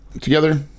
together